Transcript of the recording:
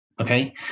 Okay